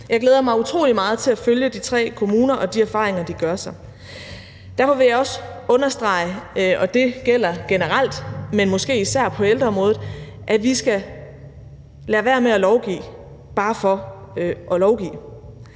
Jeg glæder mig utrolig meget til at følge de tre kommuner og de erfaringer, de gør sig. Derfor vil jeg også understrege, og det gælder generelt, men måske især på ældreområdet, at vi skal lade være med at lovgive bare for at lovgive.